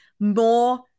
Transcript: more